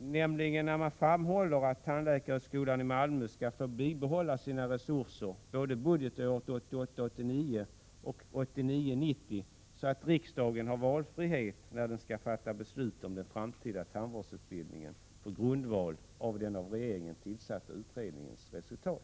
nämligen när man framhåller att tandläkarhögskolan i Malmö skall få bibehålla sina resurser både budgetåret 1988 90, så att riksdagen har valfrihet när den skall fatta beslut om den framtida tandvårdsutbildningen på grundval av den av regeringen tillsatta utredningens resultat.